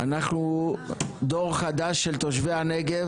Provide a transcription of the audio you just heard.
אנחנו אוהבים את הנגב,